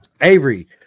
Avery